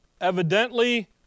Evidently